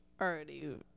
already